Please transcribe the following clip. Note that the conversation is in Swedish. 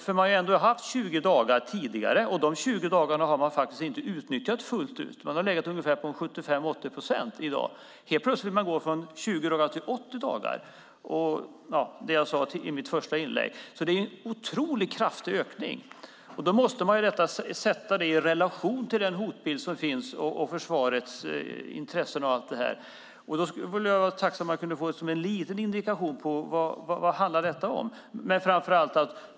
Tidigare har man haft 20 dagar, och dessa 20 dagar har man inte utnyttjat fullt ut. Man har legat på ungefär 75-80 procent. Helt plötsligt ska man gå från 20 dagar till 80 dagar. Det är en otroligt kraftig ökning. Det måste man sätta i relation till den hotbild som finns och försvarets intressen. Jag vore tacksam om jag kunde få en liten indikation på vad detta handlar om.